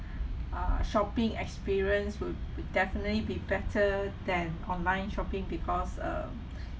uh shopping experience will definitely be better than online shopping because uh